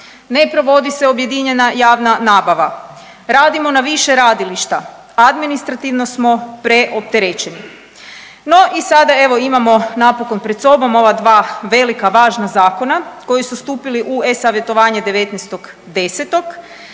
ne provodi se objedinjena javna nabava, radimo na više radilišta, administrativno smo preopterećeni. No, i sada evo imamo napokon pred sobom ova dva velika važna zakona koji su stupili u e-savjetovanje 19.10.,